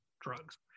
drugs